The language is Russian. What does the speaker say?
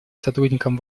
сотрудникам